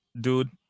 dude